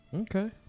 okay